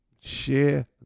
Share